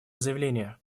заявление